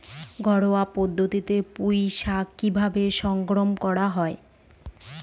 ঘরোয়া পদ্ধতিতে পুই শাক কিভাবে সংরক্ষণ করা হয়?